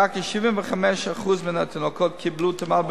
הראה כי 75% מהתינוקות קיבלו תמ"ל,